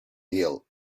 ill